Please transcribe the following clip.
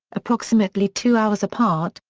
approximately two hours apart,